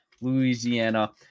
Louisiana